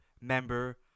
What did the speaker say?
member